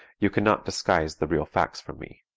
you cannot disguise the real facts from me.